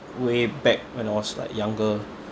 way back when I was like younger